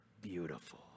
beautiful